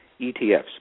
ETFs